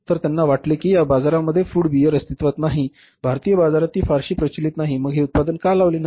तर त्यांना वाटले की या बाजारामध्ये फळ बियर अस्तित्त्वात नाही भारतीय बाजारात ती फारशी प्रचलित नाही मग हे उत्पादन का लावले नाही